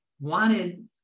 wanted